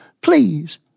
Please